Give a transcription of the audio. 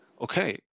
Okay